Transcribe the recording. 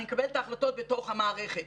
אני מקבל את ההחלטות בתוך המערכת